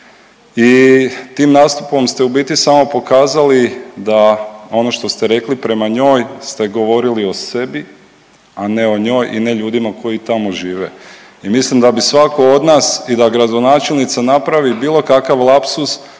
i tim nastupom ste u biti samo pokazali da ono što ste rekli prema njoj ste govorili o sebi, a ne o njoj i ne ljudima koji tamo žive. I mislim da bi svatko od nas i da gradonačelnica napravi bilo kakav lapsus